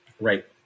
Right